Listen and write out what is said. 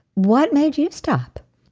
what made you stop?